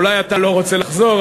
אולי אתה לא רוצה לחזור,